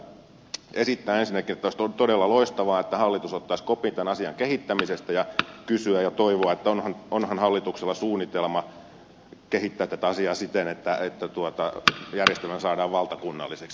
halusinkin esittää ensinnäkin että olisi todella loistavaa että hallitus ottaisi kopin tämän asian kehittämisestä ja kysyä ja toivoa että onhan hallituksella suunnitelma kehittää tätä asiaa siten että järjestelmä saadaan valtakunnalliseksi